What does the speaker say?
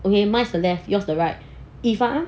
okay mine is the left yours is the right if ah